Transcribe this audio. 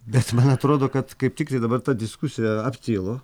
bet man atrodo kad kaip tiktai dabar ta diskusija aptilo